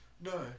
No